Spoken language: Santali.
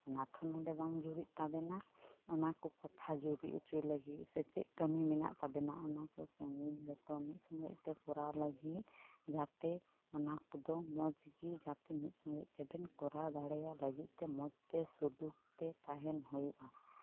ᱚᱱᱟᱛᱚ ᱱᱚᱰᱮ ᱵᱟᱝ ᱡᱩᱨᱤᱜ ᱛᱟᱵᱮᱱᱟ ᱚᱱᱟ ᱠᱚ ᱠᱟᱛᱷᱟ ᱡᱩᱨᱤ ᱚᱪᱚᱭ ᱞᱟᱹᱜᱤᱫ ᱥᱮ ᱪᱮᱫ ᱠᱟᱹᱢᱤ ᱢᱮᱱᱟᱜ ᱛᱟᱵᱮᱱᱟ ᱚᱱᱟ ᱠᱚ ᱠᱟᱹᱢᱤ ᱡᱚᱛᱚ ᱢᱤᱫ ᱥᱚᱸᱜᱮ ᱛᱮ ᱠᱚᱨᱟᱣ ᱞᱟᱹᱜᱤᱫ ᱡᱟᱛᱮ ᱚᱱᱟ ᱠᱚᱫᱚ ᱢᱚᱡᱽ ᱜᱮ ᱡᱟᱛᱮ ᱢᱤᱫ ᱥᱚᱸᱜᱮ ᱛᱮᱵᱮᱱ ᱠᱚᱨᱟᱣ ᱫᱟᱲᱮᱭᱟᱜ ᱞᱟᱹᱜᱤᱫ ᱛᱮ ᱢᱚᱡᱽ ᱥᱩᱞᱩᱠ ᱛᱮ ᱛᱟᱦᱮᱱ ᱦᱩᱭᱩᱜᱼᱟ